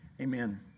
Amen